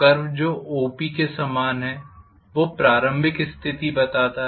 curve जो OPके समान है वो प्रारंभिक स्थिति बताता है